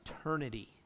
eternity